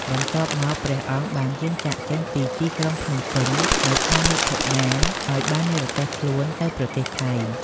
បន្ទាប់មក ព្រះអង្គបានយាងចាកចេញពីទីក្រុងភ្នំពេញនៅខែមិថុនា ហើយបាននិរទេសខ្លួនទៅប្រទេសថៃ។